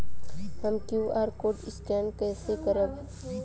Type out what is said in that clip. हम QR code scan कइसे करब?